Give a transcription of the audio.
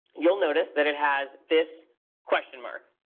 you'll notice that it has this question mark.